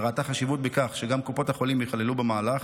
וראתה חשיבות בכך שגם קופות החולים ייכללו במהלך,